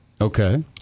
Okay